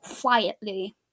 quietly